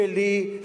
שלי,